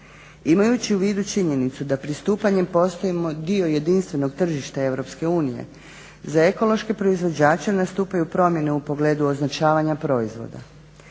Imajući u vidu činjenicu da pristupanjem postajemo dio jedinstvenog tržišta EU za ekološke proizvođače nastupaju promjene u pogledu označavanja proizvoda.